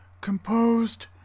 composed